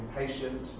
impatient